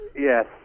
Yes